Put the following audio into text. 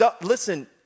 Listen